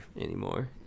anymore